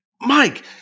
Mike